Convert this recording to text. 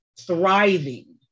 thriving